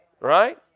Right